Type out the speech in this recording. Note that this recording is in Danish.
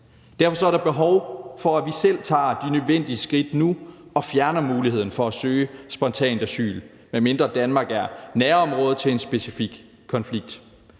Derfor er der behov for, at vi selv tager de nødvendige skridt nu og fjerner muligheden for at søge spontant asyl, med mindre Danmark er nærområde til en specifik konflikt.